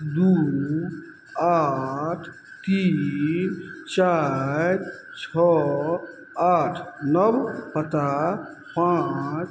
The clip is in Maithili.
दुइ आठ तीन चारि छओ आठ नव पता पाँच